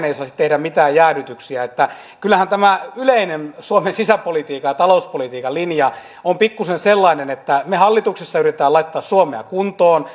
ei saisi tehdä mitään jäädytyksiä että kyllähän tämä yleinen suomen sisäpolitiikan ja talouspolitiikan linja on pikkusen sellainen että me hallituksessa yritämme laittaa suomea kuntoon